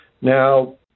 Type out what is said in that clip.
Now